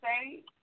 say